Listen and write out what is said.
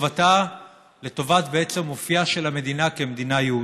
לטובת אופייה של המדינה כמדינה יהודית.